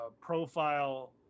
profile